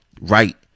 right